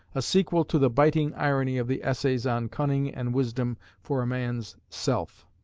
a sequel to the biting irony of the essays on cunning and wisdom for a man's self.